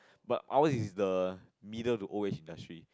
but ours is the middle to old age industry